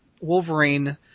Wolverine